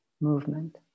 movement